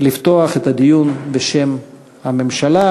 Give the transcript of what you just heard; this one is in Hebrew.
לפתוח את הדיון בשם הממשלה.